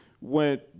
went